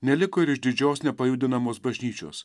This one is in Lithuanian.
neliko ir išdidžios nepajudinamos bažnyčios